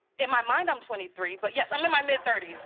in my mind i'm twenty three, but yes, i'm in my mid thirty